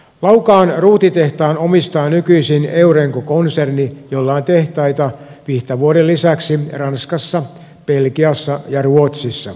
laukaan ruutitehtaan omistaa nykyisin eurenco konserni jolla on tehtaita vihtavuoren lisäksi ranskassa belgiassa ja ruotsissa